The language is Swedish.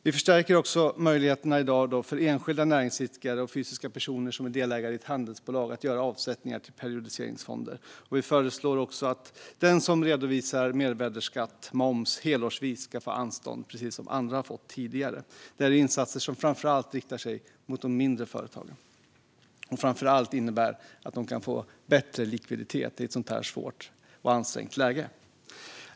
Vi förstärker i dag också möjligheterna för enskilda näringsidkare och fysiska personer som är delägare i handelsbolag att öka avsättningar till periodiseringsfonder. Vi föreslår också att den som redovisar mervärdesskatt, moms, helårsvis ska få anstånd, precis som andra har fått tidigare. Detta är insatser som framför allt riktar sig mot de mindre företagen och innebär att de kan få bättre likviditet i ett svårt och ansträngt läge.